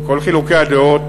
עם כל חילוקי הדעות,